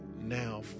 now